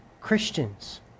Christians